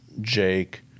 Jake